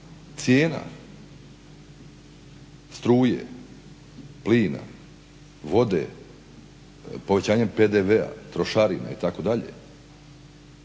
cijena struje, plina, vode, povećanjem PDV-a, trošarina itd.,